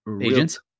agents